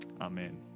Amen